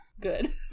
Good